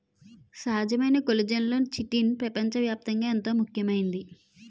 సహజమైన కొల్లిజన్లలో చిటిన్ పెపంచ వ్యాప్తంగా ఎంతో ముఖ్యమైంది